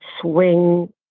swing